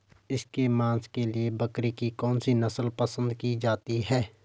इसके मांस के लिए बकरी की कौन सी नस्ल पसंद की जाती है?